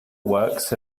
works